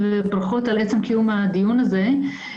ברכות על עצם קיום הדיון הזה.